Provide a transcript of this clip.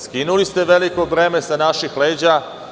Skinuli ste veliko breme sa naših leđa.